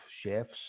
chefs